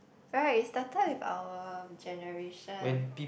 right it started with our generation